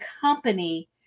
company